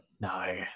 no